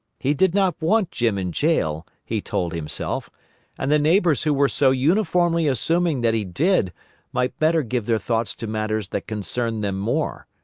he did not want jim in jail, he told himself and the neighbors who were so uniformly assuming that he did might better give their thoughts to matters that concerned them more.